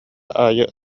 аайы